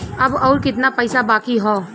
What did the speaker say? अब अउर कितना पईसा बाकी हव?